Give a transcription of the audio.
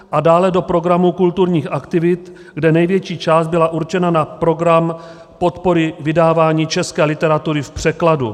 A dále do programu kulturních aktivit, kde největší část byla určena na program podpory vydávání české literatury v překladu.